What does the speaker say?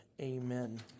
amen